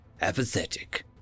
Apathetic